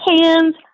hands